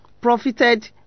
profited